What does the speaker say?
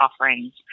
offerings